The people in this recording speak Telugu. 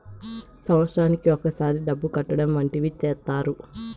సంవత్సరానికి ఒకసారి డబ్బు కట్టడం వంటివి చేత్తారు